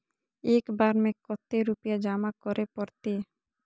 एक बार में कते रुपया जमा करे परते?